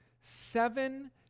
seven